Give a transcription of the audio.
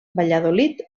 valladolid